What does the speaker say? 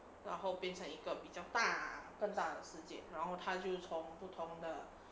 然后变成一个比较大更大的世界然后他就从不同的